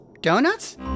Donuts